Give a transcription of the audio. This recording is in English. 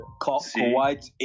Kawhi